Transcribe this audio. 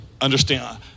understand